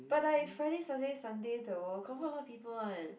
but like Friday Saturday Sunday though confirm a lot of people [one]